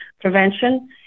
Prevention